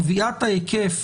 קביעת ההיקף